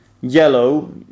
yellow